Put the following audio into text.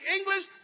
English